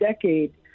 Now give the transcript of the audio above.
decade